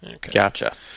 Gotcha